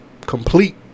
complete